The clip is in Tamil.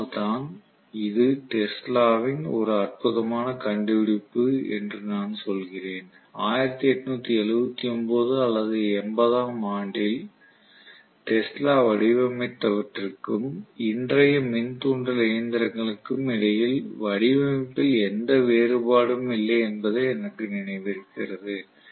அதனால்தான் இது டெஸ்லாவின் ஒரு அற்புதமான கண்டுபிடிப்பு என்று நான் சொல்கிறேன் 1879 அல்லது 1880 ஆம் ஆண்டில் டெஸ்லா வடிவமைத்தவற்றிற்கும் இன்றைய மின்தூண்டல் இயந்திரங்களுக்கும் இடையில் வடிவமைப்பில் எந்த வேறுபாடும் இல்லை என்பது எனக்கு நினைவிருக்கிறது